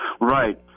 Right